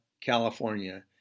California